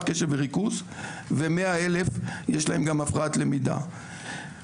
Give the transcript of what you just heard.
קשב וריכוז ו-100 אלף יש להם הפרעת למידה.